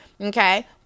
okay